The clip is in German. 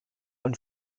und